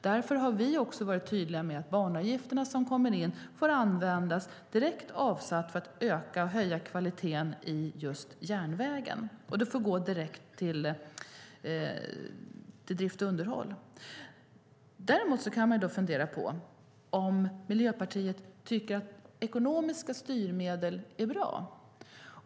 Därför har vi varit tydliga med att de banavgifter som kommer in får användas direkt för att höja kvaliteten på just järnvägen. De får gå direkt till drift och underhåll. Man kan undra om Miljöpartiet tycker att ekonomiska styrmedel är bra.